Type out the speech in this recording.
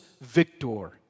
Victor